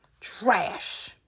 Trash